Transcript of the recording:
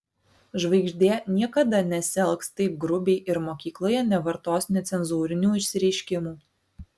žvaigždė niekada nesielgs taip grubiai ir mokykloje nevartos necenzūrinių išsireiškimų